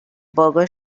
burger